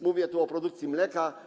Mówię tu o produkcji mleka.